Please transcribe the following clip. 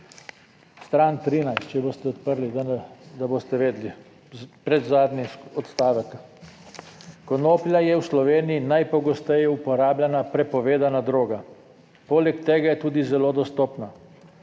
Stran 13, če boste odprli, da boste vedeli predzadnji odstavek. Konoplja je v Sloveniji najpogosteje uporabljena prepovedana droga, poleg tega je tudi zelo dostopna.